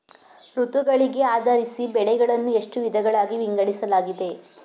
ಋತುಗಳಿಗೆ ಆಧರಿಸಿ ಬೆಳೆಗಳನ್ನು ಎಷ್ಟು ವಿಧಗಳಾಗಿ ವಿಂಗಡಿಸಲಾಗಿದೆ?